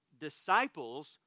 disciples